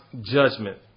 judgment